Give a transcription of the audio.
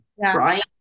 right